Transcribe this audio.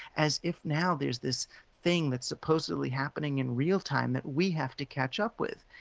as if now there's this thing that's supposedly happening in real time, that we have to catch up with.